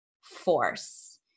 Force